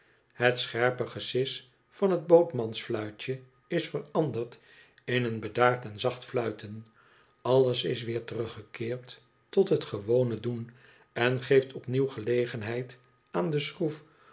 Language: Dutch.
het scherpe gesis van het bootsman's fluitje is veranderd in een bedaard en zacht fluiten alles is weer teruggekeerd tot het gewone doen en geeft opnieuw gelegenheid aan de schroef